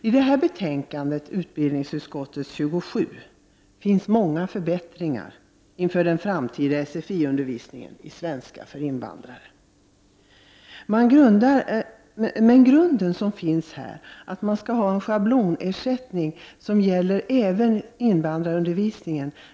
I utbildningsutskottets betänkande nr 27 finns många förslag till förbättringar av den framtida sfi-undervisningen, dvs. svenska för invandrare. Men miljöpartiet motsätter sig grundidén att man skall ha en schablonersättning som även omfattar invandrarundervisningen.